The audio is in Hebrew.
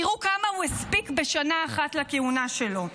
תראו כמה הוא הספיק בשנה אחת לכהונה שלו: